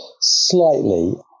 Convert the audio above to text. slightly